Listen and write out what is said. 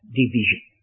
division